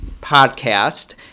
podcast